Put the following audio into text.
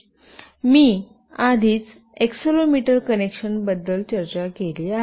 मी आधीच accelerometer connection बद्दल चर्चा केली आहे